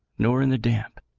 nor in the damp.